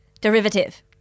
Derivative